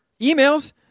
emails